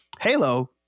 Halo